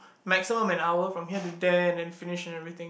maximum an hour from here to there and then finish and everything